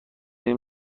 این